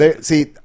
see